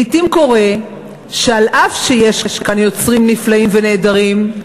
לעתים קורה שאף שיש כאן יוצרים נפלאים ונהדרים,